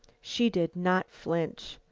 she did not flinch.